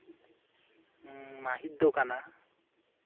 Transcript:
ᱢᱟ ᱦᱤᱛ ᱫᱚ ᱠᱟᱱᱟ